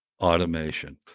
automation